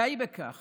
די בכך